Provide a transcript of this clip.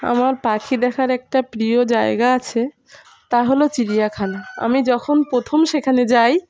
আমার পাখি দেখার একটা প্রিয় জায়গা আছে তা হলো চিড়িয়াখানা আমি যখন প্রথম সেখানে যাই